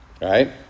Right